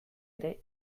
ere